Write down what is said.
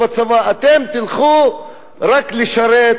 אתם תלכו רק לשרת.